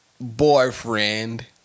boyfriend